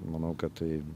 manau kad tai